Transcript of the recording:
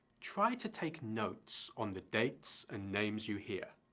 try to take notes on the dates and names you hear,